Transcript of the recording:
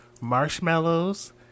Marshmallows